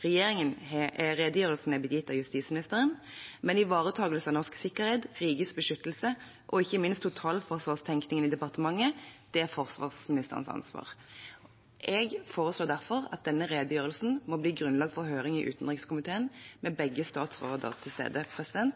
Redegjørelsen er gitt av justisministeren, men ivaretakelse av norsk sikkerhet, rikets beskyttelse og ikke minst totalforsvarstenkningen i departementet er forsvarsministerens ansvar. Jeg foreslår derfor at denne redegjørelsen må bli grunnlag for høring i utenrikskomiteen, der begge statsråder er til stede.